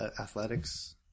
athletics